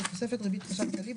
בתוספת ריבית חשב כללי,